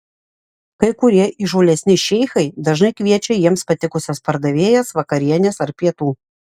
kai kurie įžūlesni šeichai dažnai kviečia jiems patikusias pardavėjas vakarienės ar pietų